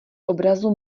obrazu